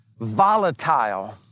volatile